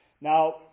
Now